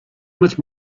much